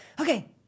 okay